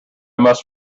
must